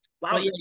Wow